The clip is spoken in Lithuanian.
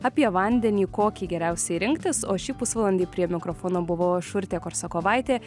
apie vandenį kokį geriausiai rinktis o šį pusvalandį prie mikrofono buvau aš urtė korsakovaitė